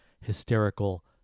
hysterical